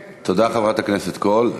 תודה, חברת הכנסת קול.